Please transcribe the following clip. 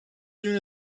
soon